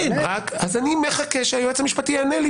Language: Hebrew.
אני מחכה שהיועץ המשפטי יענה לי.